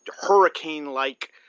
hurricane-like